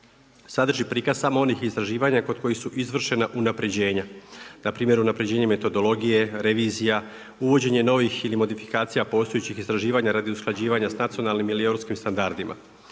sadrži prikaz samo onih istraživanja kod kojih su izvršena unaprijeđena, npr. unapređenje metodologije, revizija, uvođenje novih ili modifikacija postojećih istraživanja radi usklađivanja s nacionalnim ili europskim standardima,